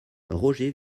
roger